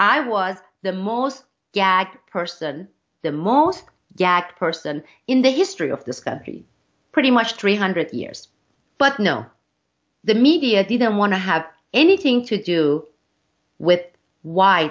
i was the most gagged person the most jacked person in the history of this country pretty much three hundred years but no the media didn't want to have anything to do with why